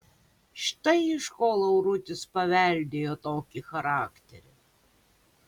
štai iš ko laurutis paveldėjo tokį charakterį